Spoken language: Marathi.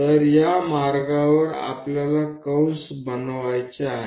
तर या मार्गावर आपल्याला कंस बनवायचे आहेत